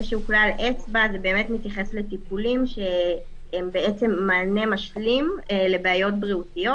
כלל אצבע זה באמת מתייחס לטיפולים שהם מענה משלים לבעיות בריאותיות.